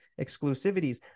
exclusivities